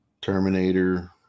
Terminator